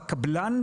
בקבלן,